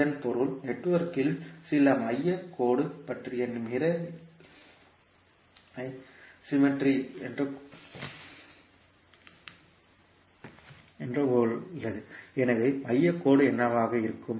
இதன் பொருள் நெட்வொர்க்கில் சில மையக் கோடு பற்றிய மிரர் லைக் சிம்மெட்ரி உள்ளது எனவே மையக் கோடு என்னவாக இருக்கும்